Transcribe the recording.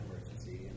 emergency